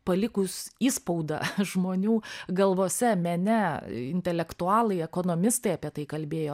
palikus įspaudą žmonių galvose mene intelektualai ekonomistai apie tai kalbėjo